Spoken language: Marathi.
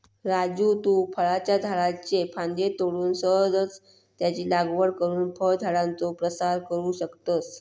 राजू तु फळांच्या झाडाच्ये फांद्ये तोडून सहजच त्यांची लागवड करुन फळझाडांचो प्रसार करू शकतस